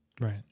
right